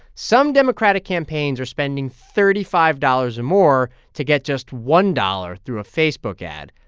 some democratic campaigns are spending thirty five dollars or more to get just one dollars through a facebook ad.